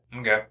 okay